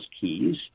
keys